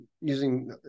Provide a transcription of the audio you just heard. using